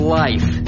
life